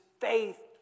faith